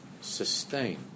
sustain